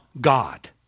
God